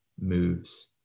moves